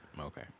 Okay